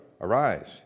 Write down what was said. Arise